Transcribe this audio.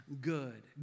good